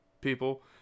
people